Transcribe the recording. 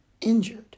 injured